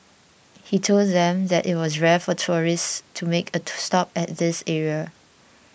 he told them that it was rare for tourists to make a to stop at this area